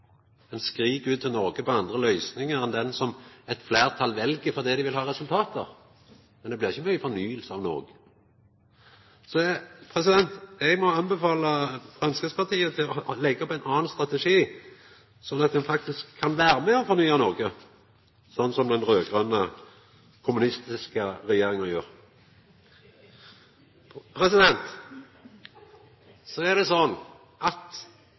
Ein skrik ut om andre løysingar enn den som eit fleirtal vel fordi dei vil ha resultat, men det blir ikkje mykje fornying av Noreg. Eg må anbefala Framstegspartiet å leggja opp ein annan strategi sånn at dei faktisk kan vera med og fornya Noreg, slik som den raud-grøne, kommunistiske regjeringa gjer! Så er det slik, som òg saksordføraren seier, at